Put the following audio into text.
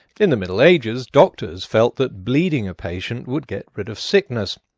in the middle ages doctors felt that bleeding a patient would get rid of sickness.